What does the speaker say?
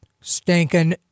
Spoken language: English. stinking